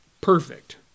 Perfect